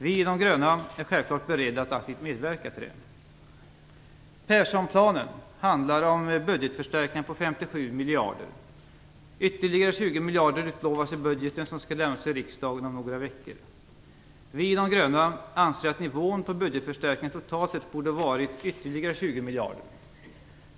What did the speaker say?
Vi i De gröna är självklart beredda att aktivt medverka till det. Persson-planen handlar om budgetförstärkningar på 57 miljarder. Ytterligare 20 miljarder utlovas i den budget som skall lämnas till riksdagen om några veckor. Vi i De gröna anser att nivån på budgetförstärkningarna totalt sett borde ha varit ytterligare 20 miljarder.